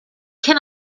can